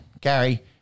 Gary